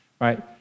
Right